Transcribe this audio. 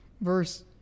verse